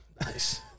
Nice